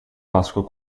páscoa